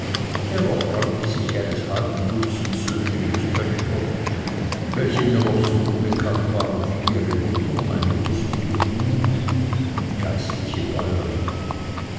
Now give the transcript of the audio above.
er erfreute sich eines halben dutzends söhne und töchter welche mir noch so unbekannt waren wie ihre mutter meine rüstige muhme und geistliche bäuerin